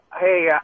Hey